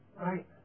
right